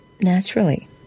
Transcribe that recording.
Naturally